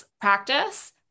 practice